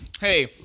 Hey